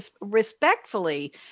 respectfully